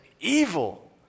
evil